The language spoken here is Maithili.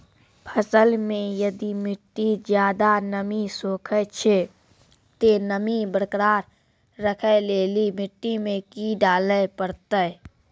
फसल मे यदि मिट्टी ज्यादा नमी सोखे छै ते नमी बरकरार रखे लेली मिट्टी मे की डाले परतै?